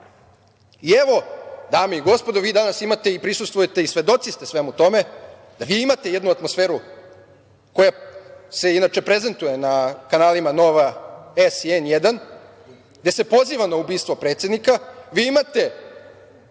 pozadine. Dame i gospodo, vi danas imate i prisustvujete i svedoci ste svemu tome da imate jednu atmosferu koja se inače prezentuje na kanalima Nova S i N1, gde se poziva na ubistvo predsednika, vi imate